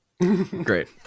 Great